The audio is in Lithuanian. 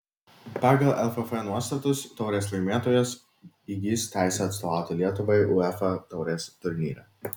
pagal lff nuostatus taurės laimėtojas įgis teisę atstovauti lietuvai uefa taurės turnyre